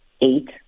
eight